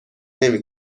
نمی